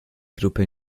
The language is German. gruppe